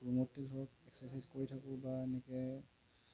ৰুমতে ধৰক এক্সেচাইজ কৰি থাকোঁ বা এনেকৈ